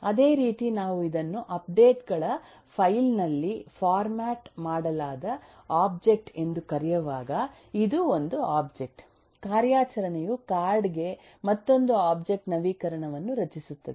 ಅದೇ ರೀತಿ ನಾವು ಇದನ್ನು ಅಪ್ಡೇಟ್ ಗಳ ಫೈಲ್ ನಲ್ಲಿ ಫೋರ್ಮ್ಯಾಟ್ ಮಾಡಲಾದ ಒಬ್ಜೆಕ್ಟ್ ಎಂದು ಕರೆಯುವಾಗ ಇದು ಒಂದು ಒಬ್ಜೆಕ್ಟ್ ಕಾರ್ಯಾಚರಣೆಯು ಕಾರ್ಡ್ ಗೆ ಮತ್ತೊಂದು ಒಬ್ಜೆಕ್ಟ್ ನವೀಕರಣವನ್ನು ರಚಿಸುತ್ತದೆ